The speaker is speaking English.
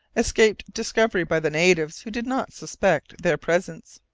escaped discovery by the natives, who did not suspect their presence.